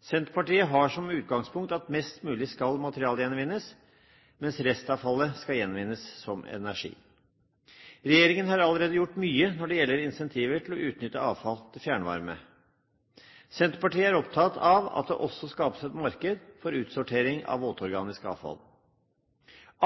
Senterpartiet har som utgangspunkt at mest mulig skal materialgjenvinnes, mens restavfallet skal gjenvinnes som energi. Regjeringen har allerede gjort mye når det gjelder incentiver til å utnytte avfall til fjernvarme. Senterpartiet er opptatt av at det også skapes et marked for utsortering av våtorganisk avfall.